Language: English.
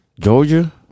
Georgia